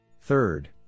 Third